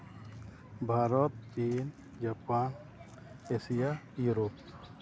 ᱵᱷᱟᱨᱚᱛ ᱪᱤᱱ Japan Asia Europe